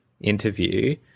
interview